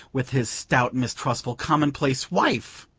with his stout mistrustful commonplace wife!